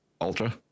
Ultra